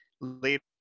later